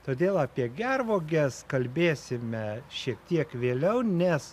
todėl apie gervuoges kalbėsime šiek tiek vėliau nes